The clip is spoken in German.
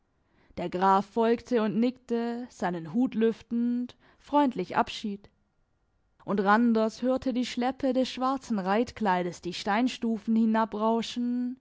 der graf folgte und nickte seinen hut lüftend freundlich abschied und randers hörte die schleppe des schwarzen reitkleides die steinstufen